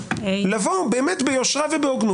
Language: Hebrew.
כולם מבינים שאפשר יהיה לפטר את היועצת המשפטית לממשלה וכפועל